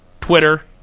Twitter